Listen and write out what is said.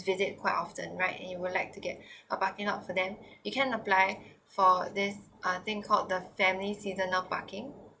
visit quite often right and you would like to get a parking lot for them you can apply for this uh thing called the family seasonal parking